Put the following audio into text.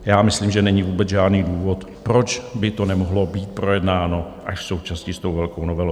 Já myslím, že není vůbec žádný důvod, proč by to nemohlo být projednáno až současně s tou velkou novelou.